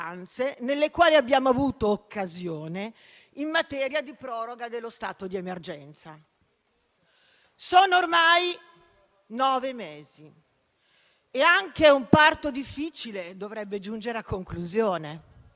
nel quale avrebbero dovuto essere esplicitate e disciplinate le procedure per affrontare in modo tempestivo e appropriato